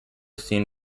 seen